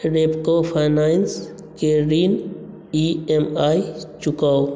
Repco finance के ऋण E M I चुकाउ